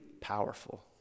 powerful